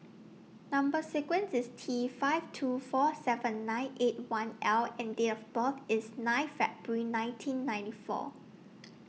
Number sequence IS T five two four seven nine eight one L and Date of birth IS nine February nineteen ninety four